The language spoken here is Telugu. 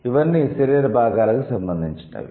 ఇవన్నీ శరీర భాగాలకు సంబంధించినవి